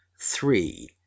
three